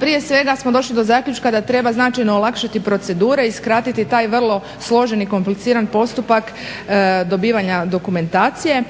prije svega smo došli do zaključka da treba značajno olakšati procedure i skratiti taj vrlo složen i kompliciran postupak dobivanja dokumentacije,